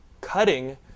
cutting